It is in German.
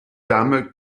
dame